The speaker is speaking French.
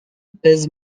pèse